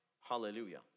Hallelujah